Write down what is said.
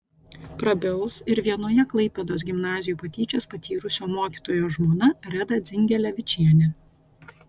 prabils ir vienoje klaipėdos gimnazijų patyčias patyrusio mokytojo žmona reda dzingelevičienė